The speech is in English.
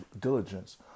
diligence